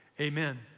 Amen